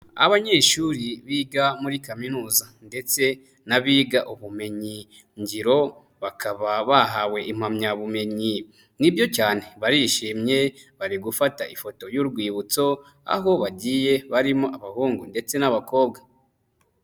Abanyeshuri biga muri kaminuza ndetse n'abiga ubumenyingiro bakaba bahawe impamyabumenyi nibyo cyane barishimye bari gufata ifoto y'urwibutso aho bagiye barimo abahungu ndetse n'abakobwa.